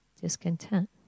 discontent